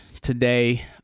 today